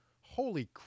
Holy